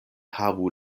havu